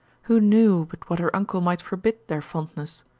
who knew but what her uncle might forbid their fondness?